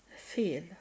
feel